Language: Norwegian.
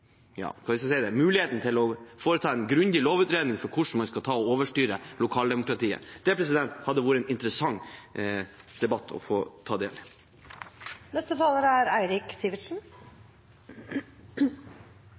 muligheten til å foreta en grundig lovutredning for hvordan man skal overstyre lokaldemokratiet. Det hadde vært en interessant debatt å få ta del